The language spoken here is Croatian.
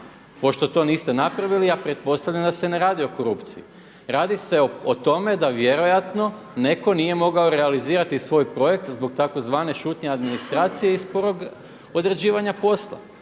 Pošto to niste napravili ja pretpostavljam da se ne radi o korupciji. Radi se o tome da vjerojatno netko nije mogao realizirati svoj projekt zbog tzv. šutnje administracije i zbog određivanja posla.